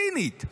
הפלסטינית.